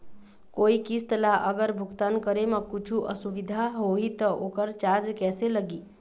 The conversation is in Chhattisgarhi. कोई किस्त ला अगर भुगतान करे म कुछू असुविधा होही त ओकर चार्ज कैसे लगी?